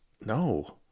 No